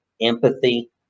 empathy